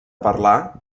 parlar